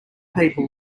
people